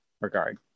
regard